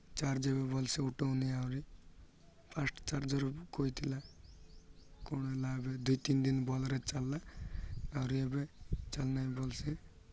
charge ଏବେ ଭଲସେ ଉଠଉନି ଆହୁରି ଫାଷ୍ଟ୍ ଚାର୍ଜର୍ କହିଥିଲା କ'ଣ ହେଲା ଏବେ ଦୁଇ ତିନି ଦିନ ଭଲରେ ଚାଲିଲା ଆହୁରି ଏବେ ଚାଲୁନାହିଁ ଭଲସେ